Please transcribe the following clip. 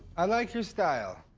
i like your style.